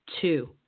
Two